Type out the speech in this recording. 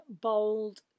bold